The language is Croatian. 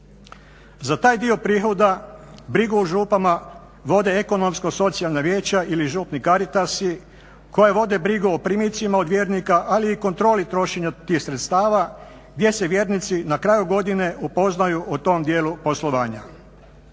Za taj dio prihoda brigu o župama vode ekonomsko-socijalna vijeća ili župni caritasi koji vode brigu o primicima od vjernika, ali i kontroli trošenja tih sredstava, gdje se vjernici na kraju godine upoznaju o tom dijelu poslovanja.